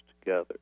together